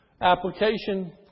Application